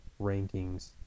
rankings